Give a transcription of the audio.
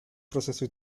proceso